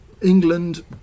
England